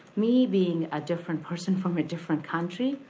me being a different person from a different country,